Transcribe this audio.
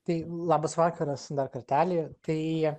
tai labas vakaras dar kartelį tai